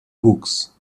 books